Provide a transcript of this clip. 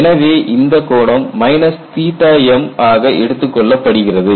எனவே இந்த கோணம் m ஆகக் எடுத்துக் கொள்ளப்படுகிறது